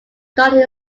started